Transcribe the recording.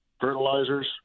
Fertilizers